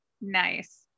nice